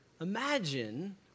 Imagine